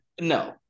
no